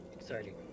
Exciting